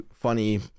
funny